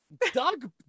Doug